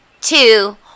two